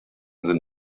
sind